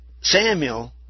Samuel